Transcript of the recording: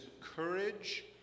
courage